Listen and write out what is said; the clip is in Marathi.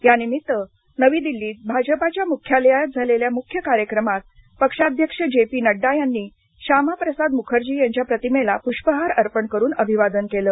या निमित्त नवी दिल्लीत भाजपाच्या मुख्यालयात झालेल्या मुख्य कार्यक्रमात पक्षाध्यक्ष जे पी नड्डा यांनी श्यामाप्रसाद मुखर्जी यांच्या प्रतिमेला पुष्पहार अर्पण करून अभिवादन केलं